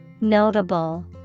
Notable